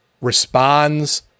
responds